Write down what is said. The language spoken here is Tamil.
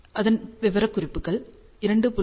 அதன் விவரக்குறிப்புகள் 2